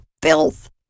filth